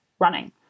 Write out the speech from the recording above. Running